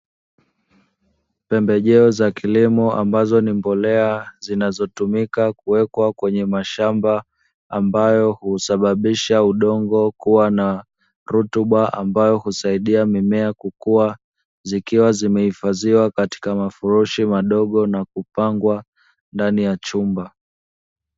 Pembejeo za kilimo ambazo ni mbolea zinazotumika kuwekwa kwenye mashamba ambayo husababisha udongo kuwa na rutuba, ambayo husaidia mimea kukua zikiwa zimehifadhiwa katika mafurushi madogo na kupangwa ndani ya chumba.